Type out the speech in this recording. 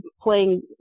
playing